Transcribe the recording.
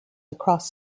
across